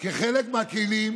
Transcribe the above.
כחלק מהכלים,